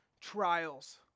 trials